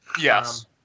Yes